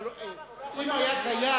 אבל אם היה קיים